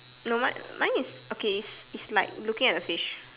no mine mine is okay it's like looking at the fish